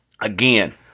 Again